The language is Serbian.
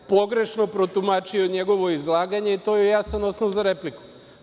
Pogrešno je protumačio njegovo izlaganje i to je jasan osnov za repliku.